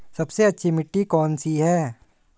सबसे अच्छी मिट्टी कौन सी है?